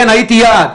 כן, הייתי יעד.